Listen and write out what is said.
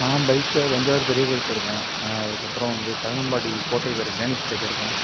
நான் பைக்கில தஞ்சாவூர் பெரிய கோயில் போயிருக்கேன் அதற்கப்பறம் வந்து தரங்கம்பாடி கோட்டை போயிருக் டேனிஷ் கோட்டை போயிருக்கேன்